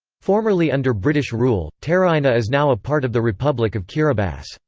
formerly under british rule, teraina is now a part of the republic of kiribati.